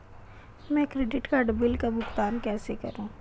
मैं credit card bill का भुगतान कैसे करूं?